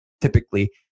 typically